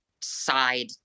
side